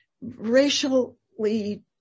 racially